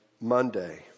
Monday